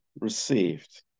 received